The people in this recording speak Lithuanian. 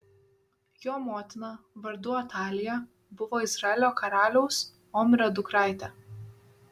jo motina vardu atalija buvo izraelio karaliaus omrio dukraitė